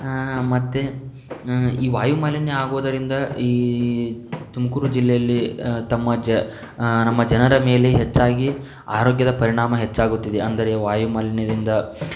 ಮತ್ತು ಈ ವಾಯುಮಾಲಿನ್ಯ ಆಗುವುದರಿಂದ ಈ ತುಮಕೂರು ಜಿಲ್ಲೆಯಲ್ಲಿ ತಮ್ಮ ಜ ನಮ್ಮ ಜನರ ಮೇಲೆ ಹೆಚ್ಚಾಗಿ ಆರೋಗ್ಯದ ಪರಿಣಾಮ ಹೆಚ್ಚಾಗುತ್ತಿದೆ ಅಂದರೆ ವಾಯುಮಾಲಿನ್ಯದಿಂದ